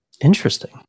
Interesting